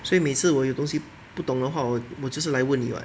所以每次我有东西不懂的话我我就是来问你 [what]